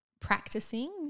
practicing